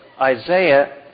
Isaiah